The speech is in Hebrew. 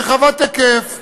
רחבת היקף,